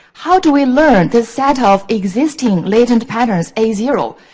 how do we learn the set of existing latent patterns, a zero,